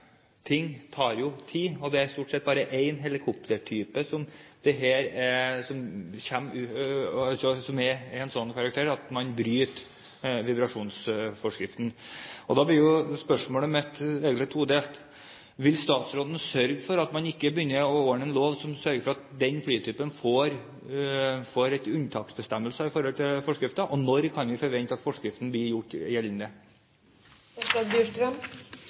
ting tar tid. Det er stort sett bare én helikoptertype som er av en slik karakter at man bryter vibrasjonsforskriften. Da blir spørsmålet mitt todelt: Vil statsråden sørge for at denne typen ikke får unntaksbestemmelser med tanke på forskriften, og når kan vi forvente at forskriften blir gjort gjeldende?